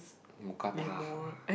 mookata